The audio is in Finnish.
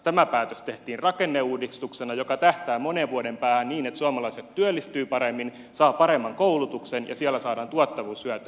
tämä päätös tehtiin rakenneuudistuksena joka tähtää monen vuoden päähän niin että suomalaiset työllistyvät paremmin saavat paremman koulutuksen ja siellä saadaan tuottavuushyötyä